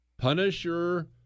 Punisher